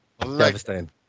devastating